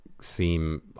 seem